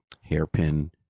Hairpin